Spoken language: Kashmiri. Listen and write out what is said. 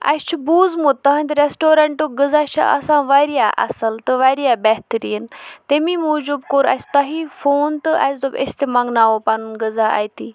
اَسہِ چھِ بوٗزمُت تٔہٕنٛدِ ریسٹورَنٛٹُک غذا چھِ آسان واریاہ اَصٕل تہٕ واریاہ بہتریٖن تمی موٗجوٗب کوٚر اَسہِ تۄہی فون تہٕ اَسہِ دوٚپ أسۍ تہِ منٛگناوَو پَنُن غذا اَتی